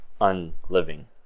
unliving